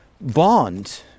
bond